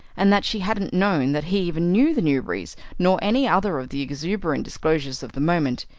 and that she hadn't known that he even knew the newberry's nor any other of the exuberant disclosures of the moment.